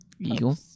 eagle